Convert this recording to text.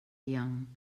young